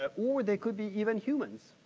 ah or they could be even humans.